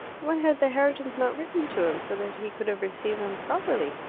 why had the herritons not written to him, so that he could have received them properly?